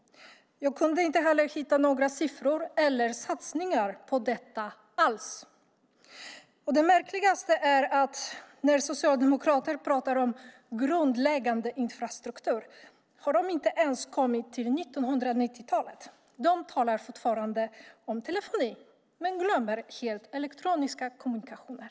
Jag kunde inte heller hitta några siffror eller satsningar på detta alls. Det märkligaste är att när Socialdemokraterna pratar om grundläggande infrastruktur har de inte ens kommit till 1990-talet. De talar fortfarande om telefoni men glömmer helt elektroniska kommunikationer.